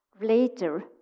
later